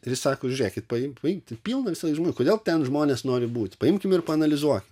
ir jis sako žiūrėkit paimk paimk pilna visąlaik žmonių kodėl ten žmonės nori būti paimkime ir paanalizuokim